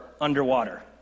underwater